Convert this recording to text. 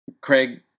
Craig